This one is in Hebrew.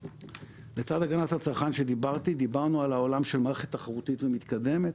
לצד הגנת הצרכן שדיברתי דיברנו על העולם של מערכת תחרותית ומתקדמת.